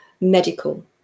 medical